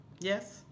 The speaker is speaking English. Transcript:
Yes